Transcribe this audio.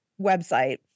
website